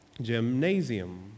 gymnasium